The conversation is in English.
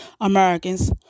Americans